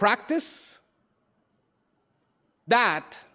practice that